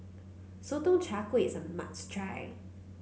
Sotong Char Kway is a must try